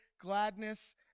gladness